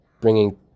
bringing